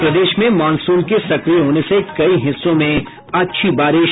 और प्रदेश में मॉनसून के सक्रिय होने से कई हिस्सों में अच्छी बारिश